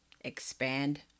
expand